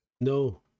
No